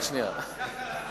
אני